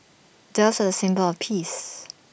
doves are A symbol of peace